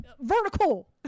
vertical